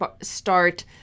start